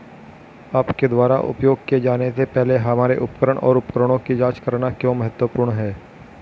आपके द्वारा उपयोग किए जाने से पहले हमारे उपकरण और उपकरणों की जांच करना क्यों महत्वपूर्ण है?